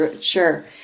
Sure